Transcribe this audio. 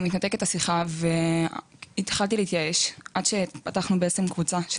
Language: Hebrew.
מתנתקת השיחה והתחלתי להתייאש עד שפתחנו קבוצה של